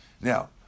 Now